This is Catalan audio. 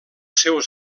seus